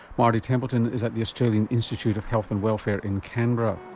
mardi templeton is at the australian institute of health and welfare in canberra